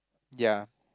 ya